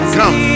come